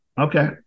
okay